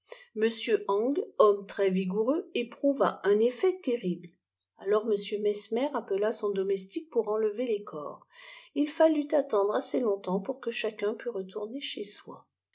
ang homme très vigoureux éprouva un effet terrible alors m mesmer appela son domestique pour enlever les corps il fallut attendre assez longtemps pour que chacun pût retourner chez soi